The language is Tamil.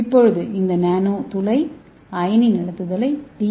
இப்போது இந்த நானோ துளை அயனி நடத்துதலை டி